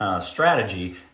strategy